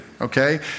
Okay